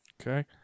Okay